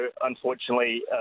unfortunately